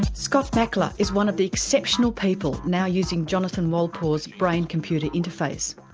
scott mackler is one of the exceptional people now using jonathan wolpaw's brain computer interface.